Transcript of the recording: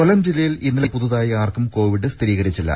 കൊല്ലം ജില്ലയിൽ ഇന്നലെ പുതുതായി ആർക്കും കോവിഡ് സ്ഥിരീകരിച്ചില്ല